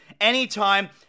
anytime